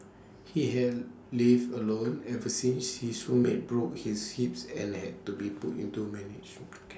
he has lived alone ever since his roommate broke his hip and had to be put into managed